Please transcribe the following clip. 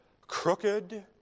crooked